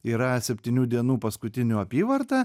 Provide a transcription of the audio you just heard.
yra septynių dienų paskutinių apyvarta